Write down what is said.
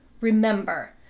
Remember